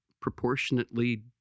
proportionately